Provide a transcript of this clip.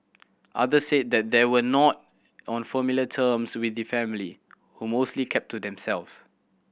others said that they were not on familiar terms with the family who mostly kept to themselves